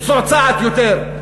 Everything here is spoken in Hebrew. מצועצעת יותר,